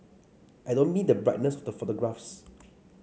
I don't mean the brightness of the photographs